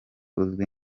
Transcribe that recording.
uzwi